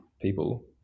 people